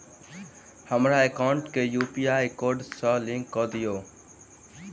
हमरा एकाउंट केँ UPI code सअ लिंक कऽ दिऽ?